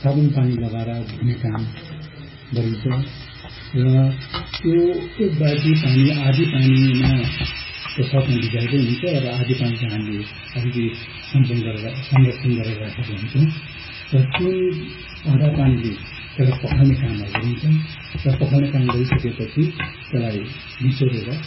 साबुन पानी लगाएर धुने काम गरिन्छ र त्यो एक बाल्टी पानी आधी पानीमा त्यो सर्फमा भिजाएको हुन्छ र आधी पानी चाहिँ हामीले अलिकति संरक्षण संरक्षण गरेर राखेको हुन्छौँ र त्यो आधा पानीले त्यसलाई पखाल्ने कामहरू गरिन्छ र पखाल्ने काम गरिसकेपछि त्यसलाई निचोरेर